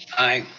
aye.